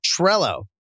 Trello